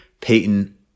Peyton